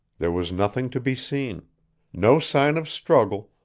there was nothing to be seen no sign of struggle,